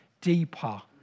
deeper